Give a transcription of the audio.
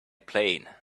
plane